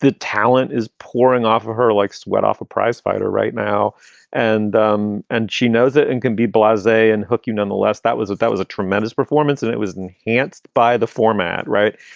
the talent is pouring off of her like sweat off a prizefighter right now and um and she knows it and can be blase and hook you nonetheless. that was it. that was a tremendous performance and it was enhanced by the format. right.